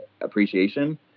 appreciation